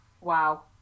Wow